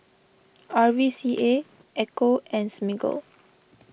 R V C A Ecco and Smiggle